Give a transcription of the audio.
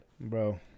bro